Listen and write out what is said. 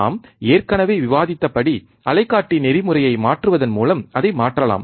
நாம் ஏற்கனவே விவாதித்தபடி அலைக்காட்டி நெறிமுறையை மாற்றுவதன் மூலம் அதை மாற்றலாம்